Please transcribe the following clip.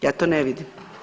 Ja to ne vidim.